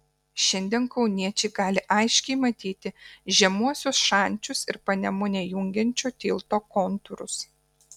šiandien kauniečiai gali aiškiai matyti žemuosius šančius ir panemunę jungiančio tilto kontūrus